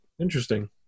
Interesting